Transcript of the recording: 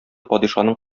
падишаның